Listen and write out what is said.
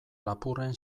lapurren